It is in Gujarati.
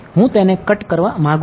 હું તેને કટ કરવા માંગું છું